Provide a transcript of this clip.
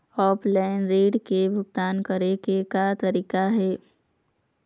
Offline ऋण के भुगतान करे के का तरीका हे?